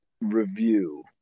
review